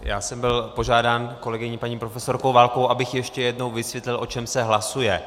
Já jsem byl požádán kolegyní paní profesorkou Válkovou, abych ještě jednou vysvětlil, o čem se hlasuje.